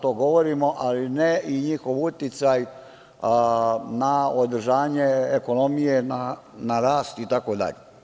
To govorimo, ali ne i njihov uticaj na održanje ekonomije na rast itd.